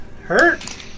Hurt